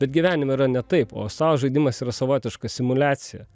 bet gyvenime yra ne taip o stalo žaidimas yra savotiška simuliacija